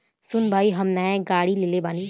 सुन भाई हम नाय गाड़ी लेले बानी